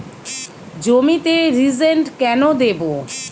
জমিতে রিজেন্ট কেন দেবো?